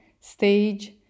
stage